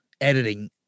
editing